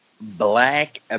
Black